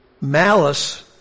Malice